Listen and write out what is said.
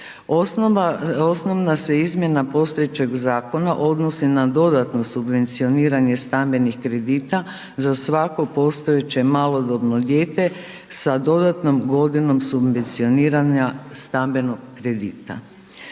Osnovna se izmjena postojećeg zakona odnosi na dodatno subvencioniranje stambenih kredita za svako postojeće malodobno dijete sa dodatnom godinom subvencioniranja stambenog kredita.